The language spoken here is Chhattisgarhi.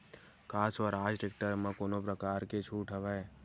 का स्वराज टेक्टर म कोनो प्रकार के छूट हवय?